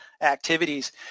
activities